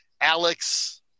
Alex